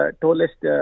tallest